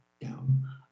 down